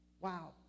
Wow